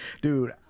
dude